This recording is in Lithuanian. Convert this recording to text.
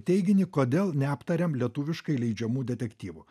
teiginį kodėl neaptariam lietuviškai leidžiamų detektyvų